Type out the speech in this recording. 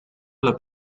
alla